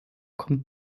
kommt